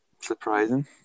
Surprising